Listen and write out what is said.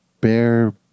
bear